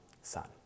son